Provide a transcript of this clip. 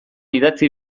idatzi